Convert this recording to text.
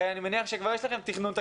הרי אני מניח שכבר יש לכם תכנון תקציבי,